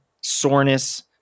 soreness